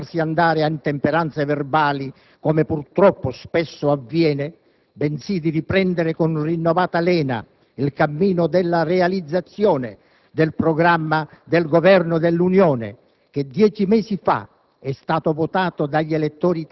Perché non si tratta più di fare discorsi accademici o lasciarsi andare a intemperanze verbali, come purtroppo spesso avviene, bensì di riprendere con rinnovata lena il cammino della realizzazione del programma legislativo del Governo dell'Unione